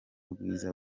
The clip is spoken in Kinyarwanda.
bwiza